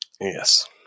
Yes